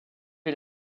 est